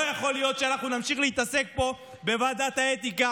לא יכול להיות שאנחנו נמשיך להתעסק פה בוועדת האתיקה